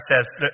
says